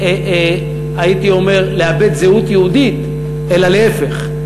הייתי אומר, לאבד זהות יהודית, אלא להפך,